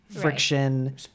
friction